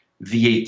VAT